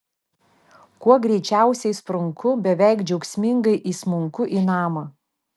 kuo greičiausiai sprunku beveik džiaugsmingai įsmunku į namą